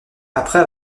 après